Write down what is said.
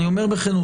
אני אומר בכנות,